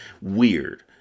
Weird